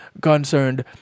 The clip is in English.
concerned